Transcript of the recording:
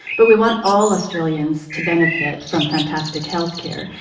but we want all australians to benefit from fantastic healthcare.